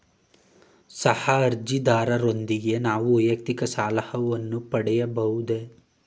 ಸಹ ಅರ್ಜಿದಾರರೊಂದಿಗೆ ನಾನು ವೈಯಕ್ತಿಕ ಸಾಲವನ್ನು ಪಡೆಯಬಹುದೇ?